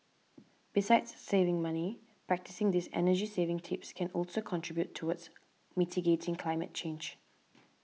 besides saving money practising these energy saving tips can also contribute towards mitigating climate change